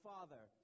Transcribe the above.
Father